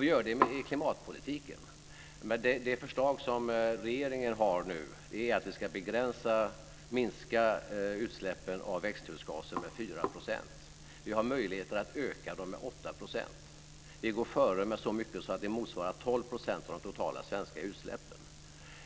Vi gör det i klimatpolitiken. Det förslag som regeringen nu har är att vi ska minska utsläppen av växthusgaser med 4 %. Vi har möjlighet att ökat dem med 8 %. Vi går före med så mycket att det motsvarar 12 % av de totala svenska utsläppen.